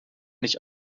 nicht